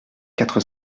quatre